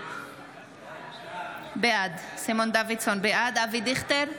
בעד אבי דיכטר,